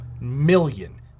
million